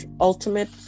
Ultimate